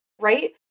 Right